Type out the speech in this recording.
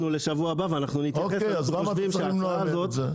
לשבוע הבא ואנחנו נתייחס להצעה הזאת.